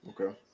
Okay